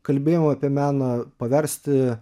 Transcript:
kalbėjimą apie meną paversti